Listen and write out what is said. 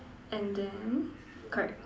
and then correct